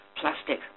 plastic